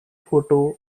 photo